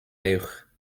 uwch